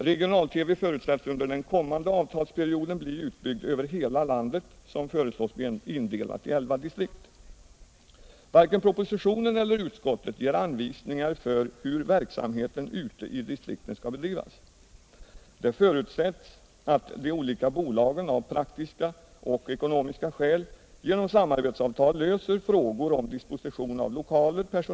Regional-TV förutsätts under den kommande avtalsperioden bli utbyggd över hela landet, som föreslås bli indelat i elva distrikt.